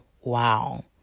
Wow